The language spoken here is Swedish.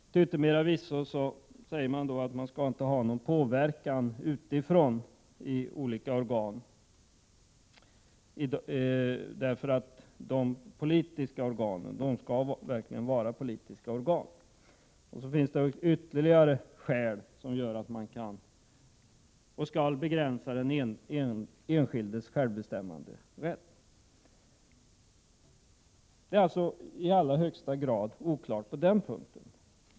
Till yttermera visso säger man att det inte skall vara någon påverkan utifrån i olika organ, därför att de politiska organen verkligen skall vara politiska organ. Sedan finns det ytterligare skäl som gör 93 att man kan och skall begränsa den enskildes självbestämmanderätt. Det råder alltså i allra högsta grad oklarhet på den här punkten.